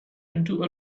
into